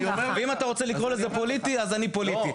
ואם אתה רוצה לקרוא לזה פוליטי אז אני פוליטי.